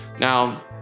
Now